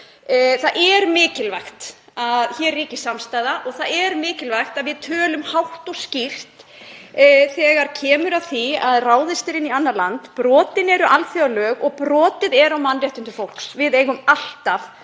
það er mikilvægt að við tölum hátt og skýrt þegar kemur að því að ráðist er inn í annað land, brotin eru alþjóðalög og brotið er á mannréttindum fólks. Við eigum alltaf